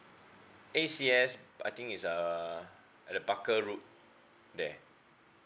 A_C_S I think is uh at the barker road there